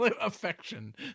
affection